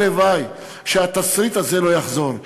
הלוואי שהתסריט הזה לא יחזור,